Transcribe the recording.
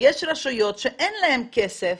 יש רשויות שאין להם כסף,